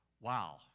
wow